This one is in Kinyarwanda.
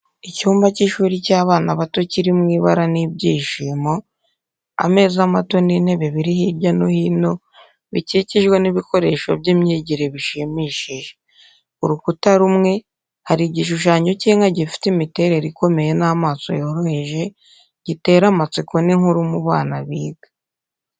Icyumba cy’ishuri cy’abana bato kirimo ibara n’ibyishimo. Ameza mato n’intebe biri hirya no hino, bikikijwe n’ibikoresho by’imyigire byishimishije. Ku rukuta rumwe, hari igishushanyo cy’inka gifite imiterere ikomeye n’amaso yoroheje, gitera amatsiko n’inkuru mu bana biga.